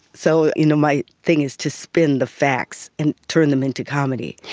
so you know my thing is to spin the facts and turn them into comedy.